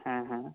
हैं हैं